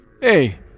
Hey